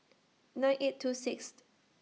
nine eight two Sixth